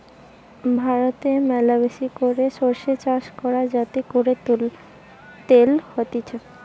ভারতে ম্যালাবেশি করে সরষে চাষ হয় যাতে করে তেল হতিছে